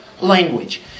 language